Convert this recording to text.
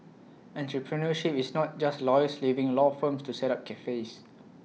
entrepreneurship is not just lawyers leaving law firms to set up cafes